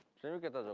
get-together.